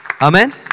Amen